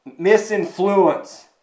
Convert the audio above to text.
misinfluence